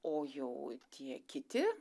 o jau tie kiti